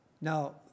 Now